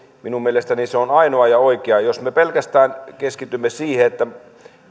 minun mielestäni se on ainoa ja oikea jos me pelkästään keskitymme siihen että